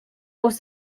was